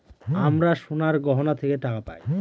আমরা সোনার গহনা থেকে টাকা পায়